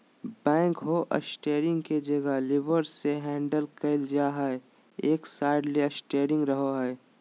backhoe steering के जगह levers से हैंडल कइल जा हइ, एक साइड ले स्टेयरिंग रहो हइ